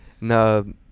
No